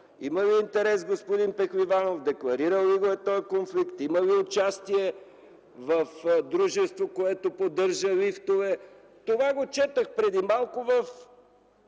има ли интерес господин Пехливанов; декларирал ли е този конфликт; има ли участие в дружество, което поддържа лифтове? Това четох преди малко в